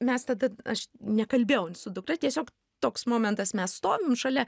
mes tada aš nekalbėjau su dukra tiesiog toks momentas mes stovim šalia